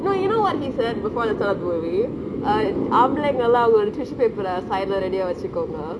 no you know what he said before the start of the movie err ஆம்பளைங்க எல்லா ஒரு:aambalainge ella oru tissue paper ரே:re side லே:le ready யா வெச்சிக்கோங்க:ya vechikonge